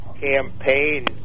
campaign